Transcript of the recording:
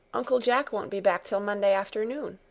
uncle jack won't be back till monday afternoon.